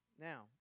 Now